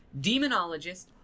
demonologist